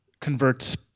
converts